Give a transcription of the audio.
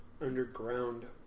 underground